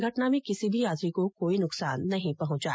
घटना में किसी भी यात्री को कोई नुकसान नहीं पहुंचा है